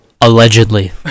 Allegedly